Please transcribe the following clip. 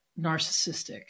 narcissistic